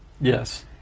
Yes